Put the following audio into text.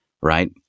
right